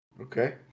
okay